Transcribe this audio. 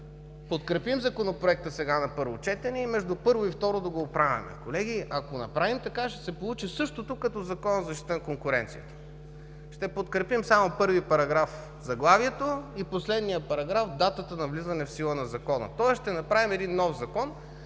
подкрепим сега Законопроекта на първо четене и между първо и второ четене да го оправяме. Колеги, ако направим така, ще се получи същото, както при Закона за защита на конкуренцията. Ще подкрепим само първи параграф – заглавието, и последния параграф – датата на влизане в сила на закона. Следователно ще направим нов Закон,